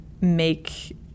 make